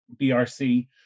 BRC